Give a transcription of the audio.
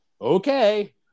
okay